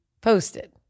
posted